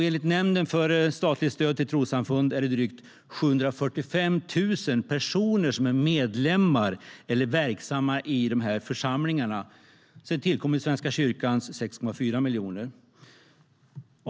Enligt Nämnden för statligt stöd till trossamfund är det drygt 745 000 personer som är medlemmar eller är verksamma i dessa församlingar. Till det kommer Svenska kyrkans 6,4 miljoner.